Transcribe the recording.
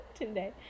today